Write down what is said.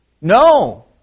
No